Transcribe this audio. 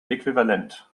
äquivalent